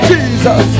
Jesus